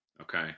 Okay